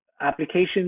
applications